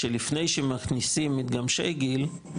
שלפני שמכניסים מתגמשי גיל,